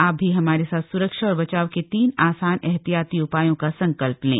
आप भी हमारे साथ सुरक्षा और बचाव के तीन आसान एहतियाती उपायों का संकल्प लें